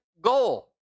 goal